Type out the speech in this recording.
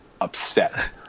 upset